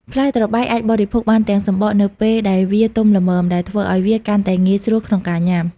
ផ្លែត្របែកអាចបរិភោគបានទាំងសំបកនៅពេលដែលវាទុំល្មម ដែលធ្វើឲ្យវាកាន់តែងាយស្រួលក្នុងការញ៉ាំ។